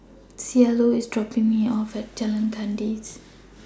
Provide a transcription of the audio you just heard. Cielo IS dropping Me off At Jalan Kandis